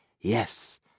Yes